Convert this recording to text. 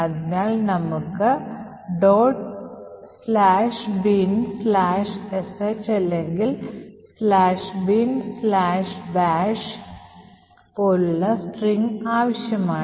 അതിനാൽ നമുക്ക് ""binsh"" അല്ലെങ്കിൽ ""binbash"" പോലുള്ള സ്ട്രിംഗ് ആവശ്യമാണ്